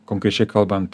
konkrečiai kalbant